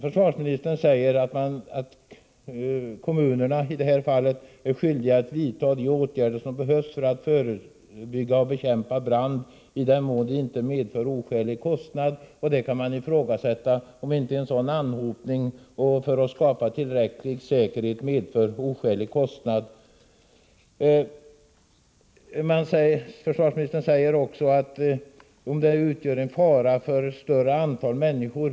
Försvarsministern säger att kommunerna i detta fall är skyldiga att vidta de åtgärder som behövs för att förebygga och bekämpa brand, ”i den mån de inte medför oskälig kostnad”. Det kan ifrågasättas om inte åtgärderna för att skapa tillräcklig säkerhet för en sådan anhopning av båtar som det här gäller medför oskälig kostnad. Försvarsministern säger också att regelbunden brandsyn skall förrättas på sådana anläggningar där brand kan utgöra fara för ett större antal människor.